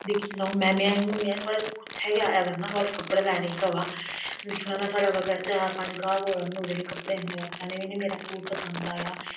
दिक्खी लैओ में इत्थै गै आया करना थुआढ़े कपडे़ लैने गी भ्रावा दिक्खी लैओ में थुआढ़े आस्तै चार पंज गाह्क और आहनी ओड़े नी इनें गी मेरा सूट पसंद आया